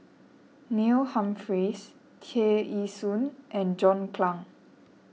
Neil Humphreys Tear Ee Soon and John Clang